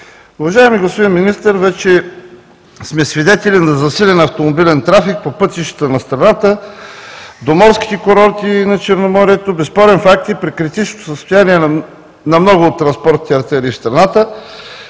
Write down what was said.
Уважаеми господин Министър, вече сме свидетели на засилен автомобилен трафик по пътищата на страната до морските курорти на Черноморието. Безспорен факт е, при критичното състояние на много от транспортните артерии в страната,